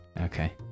Okay